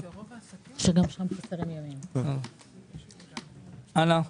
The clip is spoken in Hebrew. הלאה.